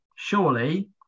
Surely